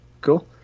cool